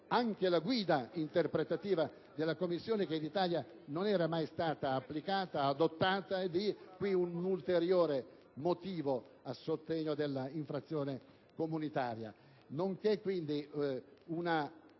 anche la Guida interpretativa della Commissione, che in Italia non era mai stata adottata e che quindi era un ulteriore motivo a sostegno dell'infrazione comunitaria.